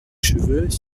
cheveux